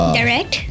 direct